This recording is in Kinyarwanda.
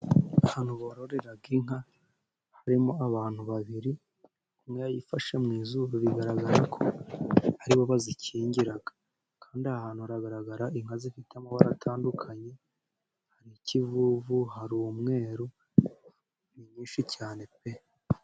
Ahantu bororera inka, harimo abantu babiri umwe yayifashe mu izuru. Bigaragara ko aribo bazikingira kandi aha hantu hagaragara inka zifite amabara atandukanye. Hari ikivuvu, hari umweru, ni nyinshi cyane pe.